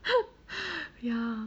ya